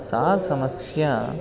सा समस्या